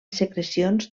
secrecions